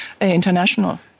international